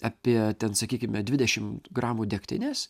apie ten sakykime dvidešimt gramų degtinės